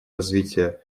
развития